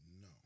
No